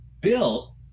Bill